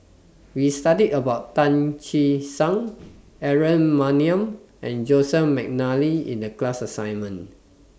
We studied about Tan Che Sang Aaron Maniam and Joseph Mcnally in The class assignment